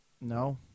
No